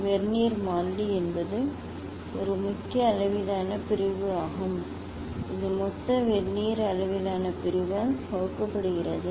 vernier மாறிலி என்பது 1 முக்கிய அளவிலான பிரிவு ஆகும் இது மொத்த வெர்னியர் அளவிலான பிரிவால் வகுக்கப்படுகிறது